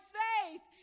faith